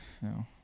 no